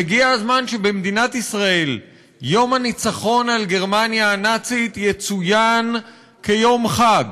והגיע הזמן שבמדינת ישראל יום הניצחון על גרמניה הנאצית יצוין כיום חג.